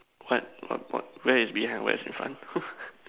what what what where is behind where is in front